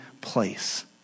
place